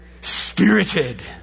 Spirited